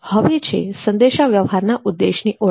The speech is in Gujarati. હવે છે સંદેશાવ્યવહારના ઉદ્દેશોની ઓળખ